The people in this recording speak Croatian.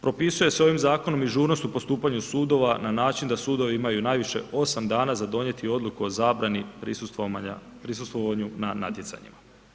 Propisuje se ovim zakonom i žurnost u postupanju sudova na način da sudovi imaju najviše 8 dana za donijeti odluku o zabrani prisustvovanju na natjecanju.